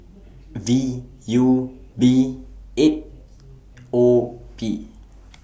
V U B eight O P